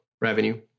revenue